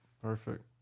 Perfect